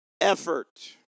effort